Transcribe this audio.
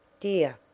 dear,